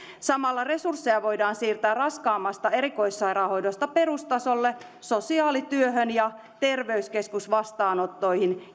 samalla resursseja voidaan siirtää raskaammasta erikoissairaanhoidosta perustasolle sosiaalityöhön ja terveyskeskusvastaanottoihin